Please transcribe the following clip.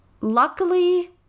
luckily